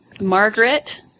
Margaret